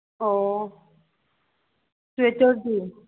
ꯑꯣ ꯁ꯭ꯋꯦꯇꯔꯗꯤ